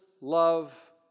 love